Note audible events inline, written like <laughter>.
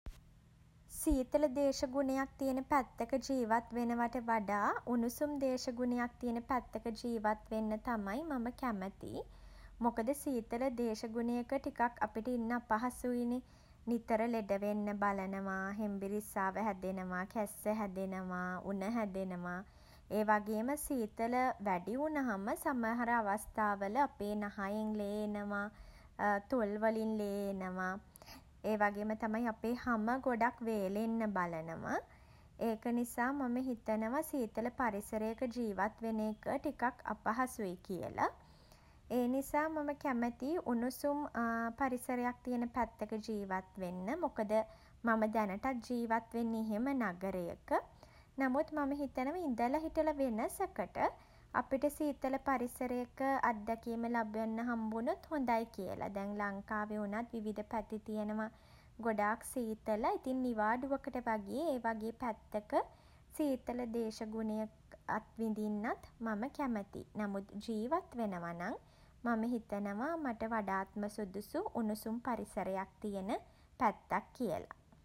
සීතල දේශගුණයක් තියෙන පැත්තක ජීවත් වෙනවාට වඩා <hesitation> උණුසුම් දේශගුණයක් තියෙන පැත්තක ජීවත් වෙන්න තමයි මම කැමැති. මොකද සීතල දේශගුණයක ටිකක් අපිට ඉන්න අපහසුයිනේ. නිතර ලෙඩ වෙන්න බලනවා. හෙම්බිරිස්සාව හැදෙනවා. කැස්ස හැදෙනවා. උණ හැදෙනවා. ඒ වගේම සීතල <hesitation> වැඩි වුණහම සමහර අවස්ථාවල අපේ නහයෙන් ලේ එනවා. <hesitation> තොල් වලින් ලේ එනවා. ඒ වගේම තමයි අපේ හම ගොඩක් වේලෙන්න බලනව. <hesitation> ඒක නිසා මම හිතනවා සීතල පරිසරයක ජීවත් වෙන එක <hesitation> ටිකක් අපහසුයි කියල. ඒ නිසා මම කැමැතියි උණුසුම් <hesitation> පරිසරයක් තියෙන පැත්තක ජීවත් වෙන්න. මොකද මම දැනටත් ජීවත් වෙන්නේ එහෙම නගරයක. නමුත් මම හිතනව ඉඳල හිටල වෙනසකට <hesitation> අපිට සීතල පරිසරයක <hesitation> අත්දැකීම ලබන්න හම්බ වුණොත් හොඳයි කියලා. දැන් ලංකාවේ වුණත් විවිධ පැති තියෙනවා <hesitation> ගොඩාක් සීතල ඉතින් නිවාඩුවකට වගේ ඒ වගේ පැත්තක සීතල දේශගුණයක් <hesitation> අත්විඳින්නත් මම කැමතියි. නමුත් ජීවත් වෙනවා නම් මම හිතනවා මට වඩාත්ම සුදුසු උණුසුම් පරිසරයක් තියෙන <hesitation> පැත්තක් කියලා.